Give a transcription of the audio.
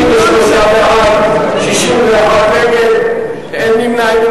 61 נגד, אין נמנעים.